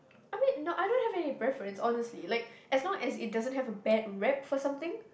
I mean no I don't have any preference honestly like as long as it doesn't have a bad rap for something